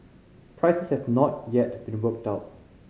prices have not yet been worked out